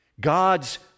God's